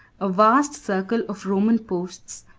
a vast circle of roman posts,